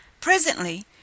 Presently